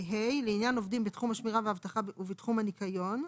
(ה) לעניין עובדים בתחום השמירה והאבטחה ובתחום הניקיון,